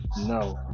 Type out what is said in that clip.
No